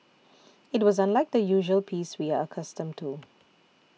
it was unlike the usual peace we are accustomed to